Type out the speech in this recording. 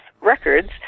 records